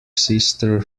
sister